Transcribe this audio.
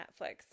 netflix